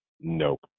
nope